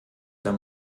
dann